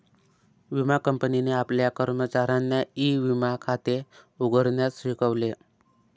विमा कंपनीने आपल्या कर्मचाऱ्यांना ई विमा खाते उघडण्यास शिकवले